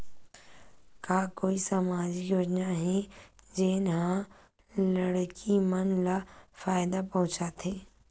का कोई समाजिक योजना हे, जेन हा लड़की मन ला फायदा पहुंचाथे?